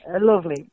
lovely